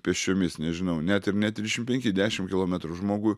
pėsčiomis nežinau net ir ne trisšim penki dešim kilometrų žmogui